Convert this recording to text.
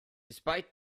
despite